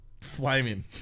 flaming